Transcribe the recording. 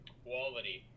quality